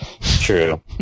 True